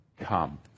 come